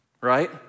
right